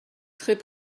très